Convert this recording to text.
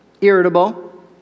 irritable